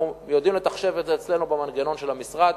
אנחנו יודעים לחשב את זה אצלנו, במנגנון של המשרד.